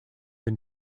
been